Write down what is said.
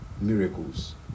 miracles